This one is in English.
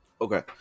Okay